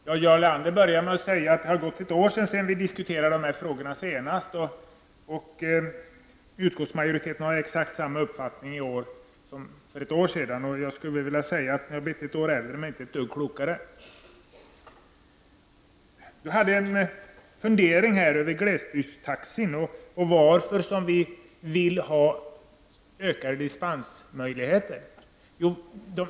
Herr talman! Jarl Lander började med att säga att det har gått ett år sedan vi diskuterade dessa frågor senast och att utskottsmajoriteten har exakt samma uppfattning i år som för ett år sedan. Jag skulle då vilja säga att vi har blivit ett år äldre men inte ett dugg klokare. Jarl Lander hade funderingar över glesbygdstaxi och undrade varför vi vill ha ökade dispensmöjligheter där.